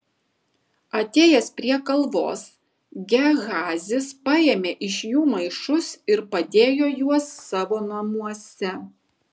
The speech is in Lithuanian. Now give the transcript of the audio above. atėjęs prie kalvos gehazis paėmė iš jų maišus ir padėjo juos savo namuose